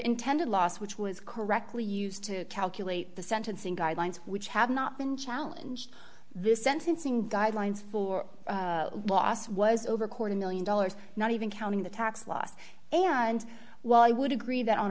intended loss which was correctly used to calculate the sentencing guidelines which have not been challenge this sentencing guidelines for loss was over a quarter one million dollars not even counting the tax loss and well i would agree that on